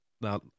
now